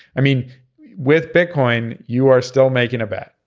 i mean with bitcoin you are still making a bet.